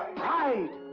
pride!